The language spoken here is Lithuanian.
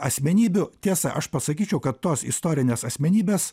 asmenybių tiesa aš pasakyčiau kad tos istorinės asmenybės